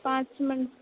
पांच म्हण